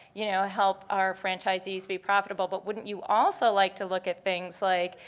you know, help our franchisees be profitable, but wouldn't you also like to look at things like,